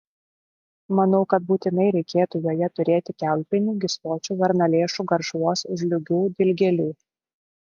manau kad būtinai reikėtų joje turėti kiaulpienių gysločių varnalėšų garšvos žliūgių dilgėlių